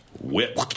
Whip